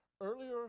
Earlier